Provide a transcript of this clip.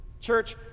Church